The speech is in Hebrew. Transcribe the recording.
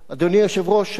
אדוני היושב-ראש,